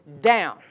down